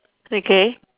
okay